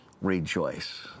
rejoice